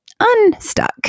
unstuck